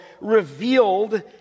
revealed